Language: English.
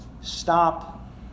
Stop